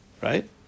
right